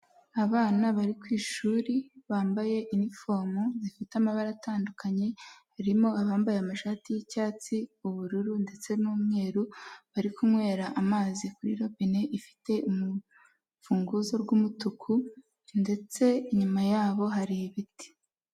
Abana bari ku ishuri bambaye inifomo zifite amabara atandukanye, harimo abambaye amashati y'icyatsi, ubururu ndetse n'umweru bari kunywera amazi kuri robine ifite urufunguzo rw'umutuku ndetse inyuma yabo hari ibiti.